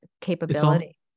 capability